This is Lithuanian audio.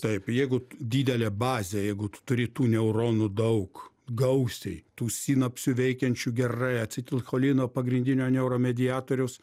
taip jeigu didelė bazė jeigu tu turi tų neuronų daug gausiai tų sinapsių veikiančių gerai acetilcholino pagrindinio neuromediatoriaus